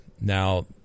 Now